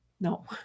no